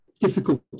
difficult